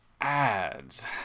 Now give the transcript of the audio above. ads